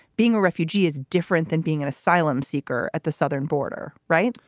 being a refugee is different than being an asylum seeker at the southern border, right?